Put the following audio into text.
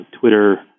Twitter